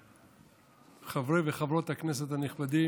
החדשים וחברות הכנסת החדשות.